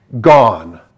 gone